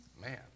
Man